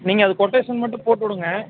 நீங்கள் அது கொட்டேஷன் மட்டும் போட்டு விடுங்க